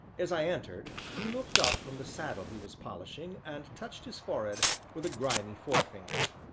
as i entered he looked up from the saddle he was polishing and touched his forehead with a grimy forefinger.